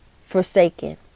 forsaken